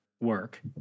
work